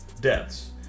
deaths